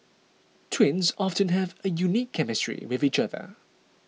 twins often have a unique chemistry with each other